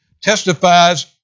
testifies